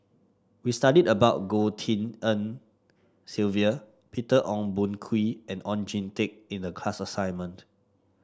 we studied about Goh Tshin En Sylvia Peter Ong Boon Kwee and Oon Jin Teik in the class assignment